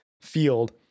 field